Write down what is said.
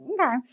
okay